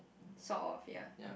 sort of ya